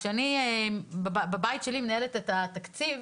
כשאני בבית שלי מנהלת את התקציב